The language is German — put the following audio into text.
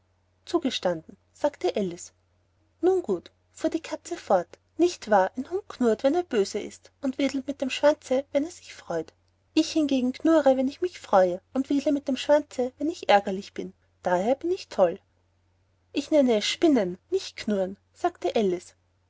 zugestanden sagte alice nun gut fuhr die katze fort nicht wahr ein hund knurrt wenn er böse ist und wedelt mit dem schwanze wenn er sich freut ich hingegen knurre wenn ich mich freue und wedle mit dem schwanze wenn ich ärgerlich bin daher bin ich toll ich nenne es spinnen nicht knurren sagte alice